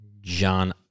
John